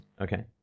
Okay